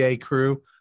crew